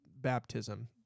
baptism